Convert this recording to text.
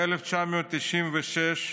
ב-1996,